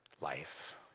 life